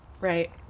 Right